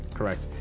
correct.